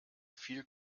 viel